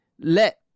let